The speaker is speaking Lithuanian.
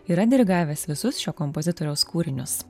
yra dirigavęs visus šio kompozitoriaus kūrinius